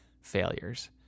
failures